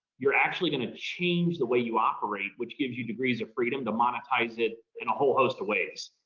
you're actually going to change the way you operate, which gives you degrees of freedom to monetize it in a whole host of ways.